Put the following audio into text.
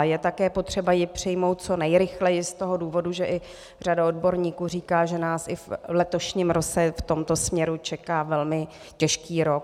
Je také potřeba ji přijmout co nejrychleji i z toho důvodu, že řada odborníků říká, že nás i v letošním roce v tomto směru čeká velmi těžký rok.